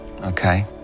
Okay